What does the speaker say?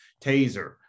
taser